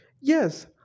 Yes